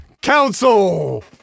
Council